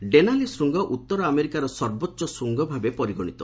Denali ଶୂଙ୍ଗ ଉତ୍ତର ଆମେରିକାର ସର୍ବୋଚ୍ଚ ଶୂଙ୍ଗ ଭାବେ ପରିଗଣିତ